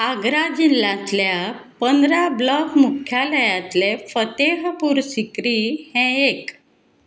आग्रा जिल्ल्यांतल्या पंदरा ब्लॉक मुख्यालयांतले फतेहपूर सिकरी हें एक